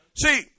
See